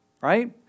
right